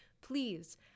please